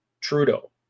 Trudeau